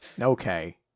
Okay